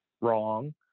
wrong